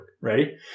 Ready